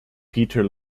peter